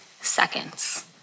seconds